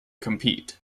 compete